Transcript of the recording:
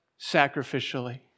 sacrificially